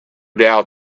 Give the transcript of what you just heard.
doubt